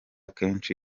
kenshi